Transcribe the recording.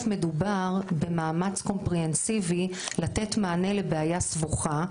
מדובר במאמץ קומפרהנסיבי לתת מענה לבעיה סבוכה,